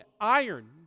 Iron